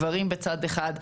גברים בצד אחד,